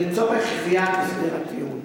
לצורך קביעת הסדר הטיעון.